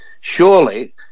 surely